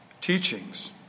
teachings